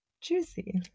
juicy